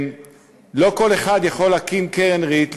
לא כל אחד יכול להקים קרן ריט,